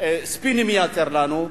ייצר לנו,